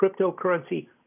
cryptocurrency